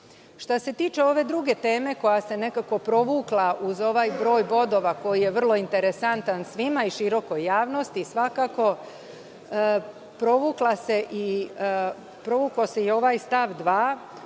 se tiče ove druge teme, koja se nekako provukla uz ovaj broj bodova koji je vrlo interesantan svima i širokoj javnosti, provukao se i ovaj stav 2.